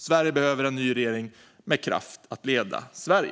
Sverige behöver en ny regering med kraft att leda Sverige.